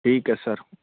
ਠੀਕ ਹੈ ਸਰ